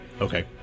Okay